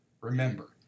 Remember